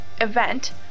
Event